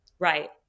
Right